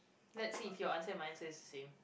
let's see if your answer and my answer is the same